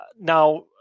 Now